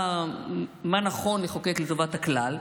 מה נכון לחוקק לטובת הכלל,